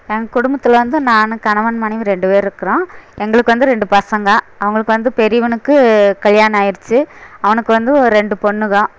எங்கள் குடும்பத்தில் வந்து நான் கணவன் மனைவி ரெண்டு பேர் இருக்கிறோம் எங்களுக்கு வந்து ரெண்டு பசங்கள் அவங்களுக்கு வந்து பெரியவனுக்கு கல்யாணம் ஆகிருச்சி அவனுக்கு வந்து ஒரு ரெண்டு பொண்ணுதான்